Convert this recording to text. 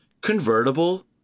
Convertible